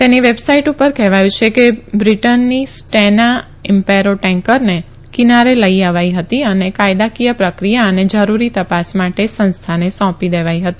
તેની વેબસાઇટ પર કહેવાયું છે કે બ્રિટની સ્ટેના ઇમ્પેરો ટેન્કરને કિનારે લઈ અવાઈ હતી અને કાયદાકીય પ્રક્રિયા અને જરૂરી તપાસ માટે સંસ્થાને સોંપી દેવાઈ હતી